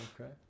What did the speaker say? Okay